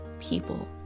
people